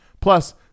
Plus